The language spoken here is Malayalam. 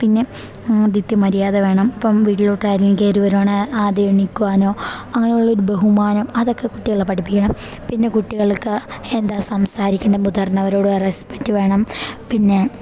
പിന്നെ ആതിഥ്യമര്യാദ വേണം ഇപ്പം വീട്ടിലോട്ട് ആരേലും കയറി വരികയാണേൽ ആദ്യം എണീക്കുവാനോ അങ്ങനെയുള്ള ഒരു ബഹുമാനം അതൊക്കെ കുട്ടികളെ പഠിപ്പിക്കണം പിന്നെ കുട്ടികൾക്ക് എന്താ സംസാരിക്കേണ്ടത് മുതിർന്നവരോട് റെസ്പെക്റ്റ് വേണം പിന്നെ